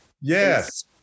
Yes